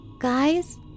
guys